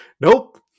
nope